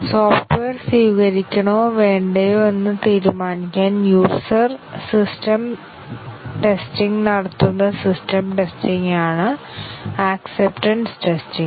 software സ്വീകരിക്കണോ വേണ്ടയോ എന്ന് തീരുമാനിക്കാൻ യൂസർ സിസ്റ്റം ടെസ്റ്റിംഗ് നടത്തുന്ന സിസ്റ്റം ടെസ്റ്റിംഗാണ് ആക്ക്സെപറ്റെൻസ് ടെസ്റ്റിങ്